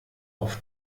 auf